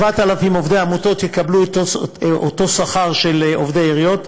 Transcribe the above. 7,000 עובדי עמותות יקבלו את אותו שכר של עובדי עיריות,